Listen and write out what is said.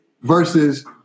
Versus